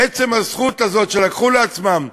עצם הזכות הזאת שלקחו לעצמם,